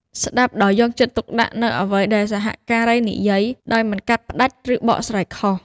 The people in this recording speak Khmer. ស្តាប់ដោយយកចិត្តទុកដាក់នូវអ្វីដែលសហការីនិយាយ ដោយមិនកាត់ផ្តាច់ ឬបកស្រាយខុស។